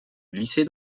glisser